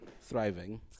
thriving